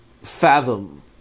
fathom